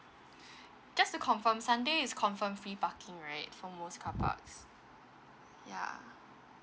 just to confirm sunday is confirm free parking right for most carparks ya